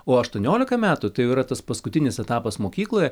o aštuoniolika metų tai jau yra tas paskutinis etapas mokykloje